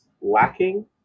lacking